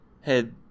head